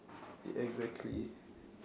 exactly